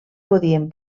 podien